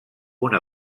una